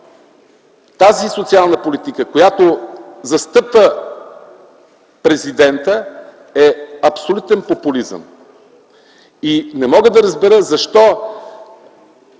тази социална политика, която застъпва президентът, е абсолютен популизъм. Не мога да разбера защо